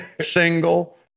single